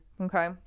Okay